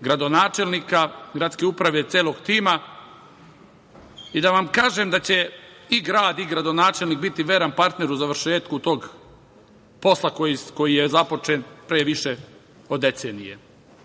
gradonačelnika Gradske uprave, celog tima i da vam kažem da će i grad i gradonačelnik biti veran partner u završetku tog posla koji započet pre više od decenije. Takođe